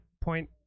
point